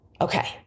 Okay